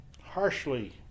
Harshly